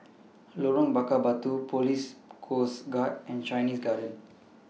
Lorong Bakar Batu Police Coast Guard and Chinese Garden